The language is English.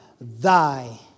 thy